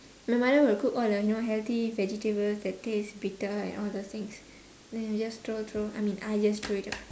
my mother would cook all the you know healthy vegetable that taste bitter and all those things then you just throw throw I mean I just throw it out